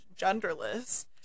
genderless